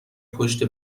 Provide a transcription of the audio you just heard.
پشت